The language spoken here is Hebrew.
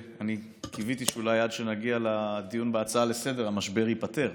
קיוויתי שאולי עד שנגיע לדיון בהצעה לסדר-היום המשבר ייפתר.